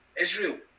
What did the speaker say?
Israel